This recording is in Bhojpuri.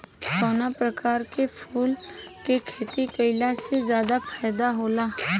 कवना प्रकार के फूल के खेती कइला से ज्यादा फायदा होला?